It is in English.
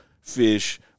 fish